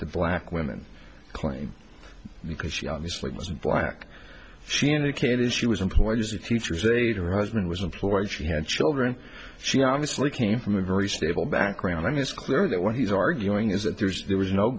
the black women claim because she obviously wasn't black she indicated she was employed as a teacher's aide her husband was employed she had children she obviously came from a very stable background i mean it's clear that what he's arguing is that there's there was no